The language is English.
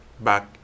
back